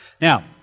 Now